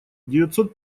девятьсот